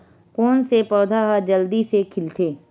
कोन से पौधा ह जल्दी से खिलथे?